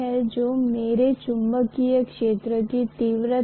तो हम मूल रूप से कह सकते हैं कि चुंबकीय सर्किट में अनिच्छा के बराबर है